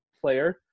player